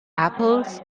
apples